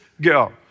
girl